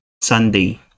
Sunday